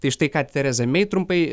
tai štai ką tereza mei trumpai